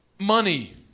Money